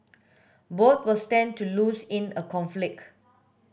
both will stand to lose in a conflict